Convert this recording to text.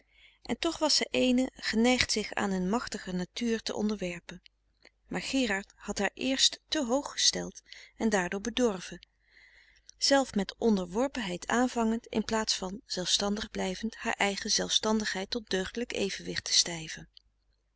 en toch was zij eene geneigd zich aan een machtiger natuur te onderwerpen maar gerard had haar eerst te hoog gesteld en daardoor bedorven zelf met onderworpenheid aanvangend in plaats van zelfstandig blijvend haar eigen zelfstandigheid tot deugdelijk evenwicht te stijven